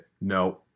No